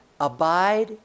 Abide